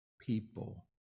people